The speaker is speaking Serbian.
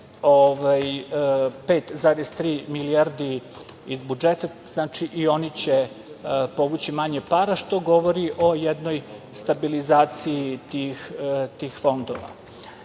5,3 milijardi iz budžeta i oni će povući manje para, što govori o jednoj stabilizaciji tih fondova. Inače,